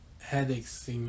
headaches